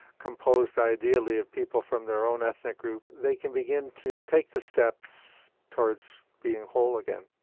composed ideally of people from their own ethnic group, they can begin to take the steps towards being whole again.